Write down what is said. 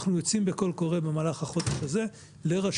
אנחנו יוצאים בקול קורא במהלך החודש הזה לרשויות,